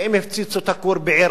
ואם יפציצו את הכור בעירק,